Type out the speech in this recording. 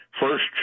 first